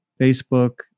Facebook